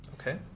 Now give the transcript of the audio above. okay